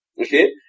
Okay